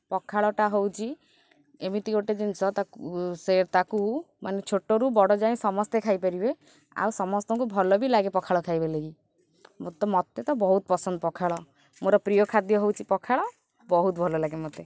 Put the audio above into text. ପଖାଳଟା ହେଉଛି ଏମିତି ଗୋଟେ ଜିନିଷ ତାକୁ ସେ ତାକୁ ମାନେ ଛୋଟରୁ ବଡ଼ ଯାଏଁ ସମସ୍ତେ ଖାଇପାରିବେ ଆଉ ସମସ୍ତଙ୍କୁ ଭଲ ବି ଲାଗେ ପଖାଳ ଖାଇବା ଲାଗି ମୋତେ ତ ବହୁତ ପସନ୍ଦ ପଖାଳ ମୋର ପ୍ରିୟ ଖାଦ୍ୟ ହେଉଛି ପଖାଳ ବହୁତ ଭଲ ଲାଗେ ମୋତେ